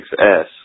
6S